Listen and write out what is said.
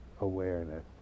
awareness